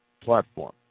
Platform